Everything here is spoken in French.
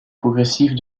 progressive